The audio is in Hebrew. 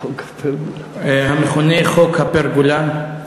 המכונה "חוק הפרגולה"